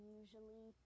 usually